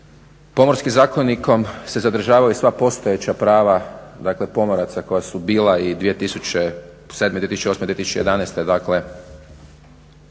Pomorskim zakonikom se zadržavaju sva postojeća prava pomoraca koja su bila i 2007., 2008., 2011.